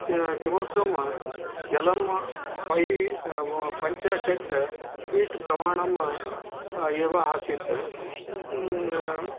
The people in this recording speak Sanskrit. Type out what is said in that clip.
किमर्थं जलं फैव् पञ्चाशत् फीट् प्रमाणम् एव आसीत्